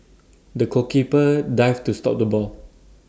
the goalkeeper dived to stop the ball